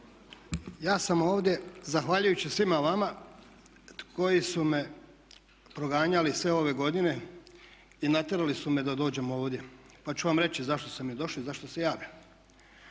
Ja sam ovdje zahvaljujući svima vama koji su me proganjali sve ove godine i natjerali su me da dođem ovdje. Pa ću vam reći zašto sam i došao i zašto se javljam.